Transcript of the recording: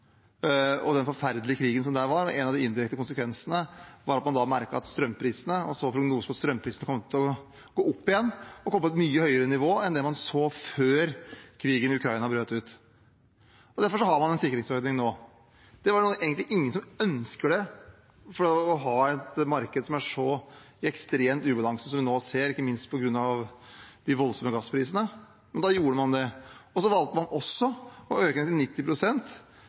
og med den forferdelige krigen som var der. En av de indirekte konsekvensene var at man merket at strømprisene, man så prognosene for strømprisene, kom til å gå opp igjen og komme på et mye høyere nivå enn man så før krigen i Ukraina brøt ut. Derfor har man en sikringsordning nå. Det er egentlig ingen som ønsker det – å ha et marked som er så ekstremt i ubalanse som det vi nå ser, ikke minst på grunn av de voldsomme gassprisene – men da gjorde man det. Så valgte man også å øke til